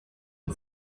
the